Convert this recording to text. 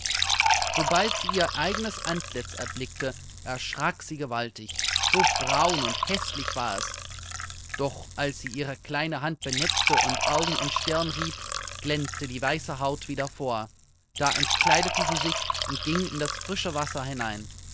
sobald sie ihr eigenes antlitz erblickte erschrak sie gewaltig so braun und häßlich war es doch als sie ihre kleine hand benetzte und augen und stirn rieb glänzte die weiße haut wieder vor da entkleidete sie sich und ging in das frische wasser hinein